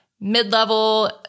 mid-level